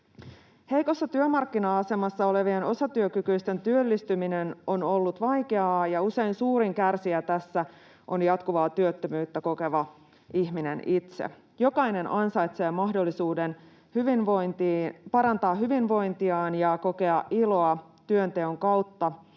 Heikossa työmarkkina-asemassa olevien osatyökykyisten työllistyminen on ollut vaikeaa, ja usein suurin kärsijä tässä on jatkuvaa työttömyyttä kokeva ihminen itse. Jokainen ansaitsee mahdollisuuden parantaa hyvinvointiaan ja kokea iloa työnteon kautta